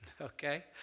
okay